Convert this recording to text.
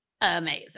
amazing